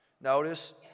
Notice